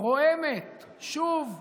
רועמת שוב ושוב.